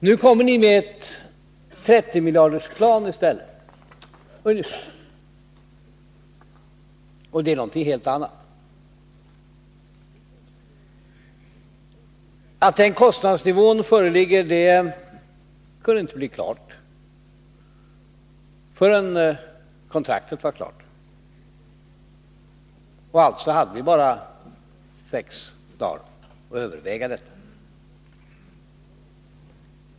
Nu kommer ni med ett plan för ungefär 30 miljarder kronor i stället, och det är någonting helt annat. Att denna kostnadsnivå föreligger kunde inte bli klart förrän kontraktet var färdigt, och alltså hade vi bara sex dagar att överväga detta.